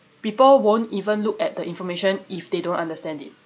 people won't even look at the information if they don't understand it